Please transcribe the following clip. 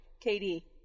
Katie